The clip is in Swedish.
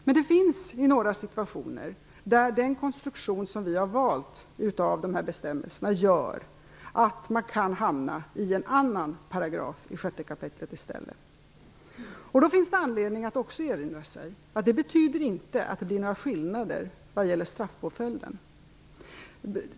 Men det finns några situationer där den konstruktion som vi har valt för dessa bestämmelser gör att man kan hamna i en annan paragraf i 6 kap. i stället. Det finns då anledning att erinra sig att det inte betyder att det blir några skillnader vad gäller straffpåföljden.